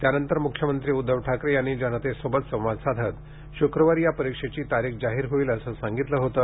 त्यानंतर मुख्यमंत्री उद्दव ठाकरे यांनी जनतेशी संवाद साधत शुक्रवारी या परीक्षेची तारीख जाहीर केली जाईल असं सांगितलं होतं